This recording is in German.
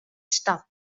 statt